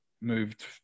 moved